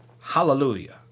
Hallelujah